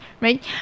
right